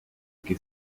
que